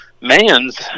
man's